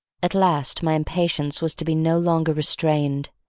at last my impatience was to be no longer restrained.